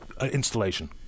installation